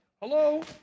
Hello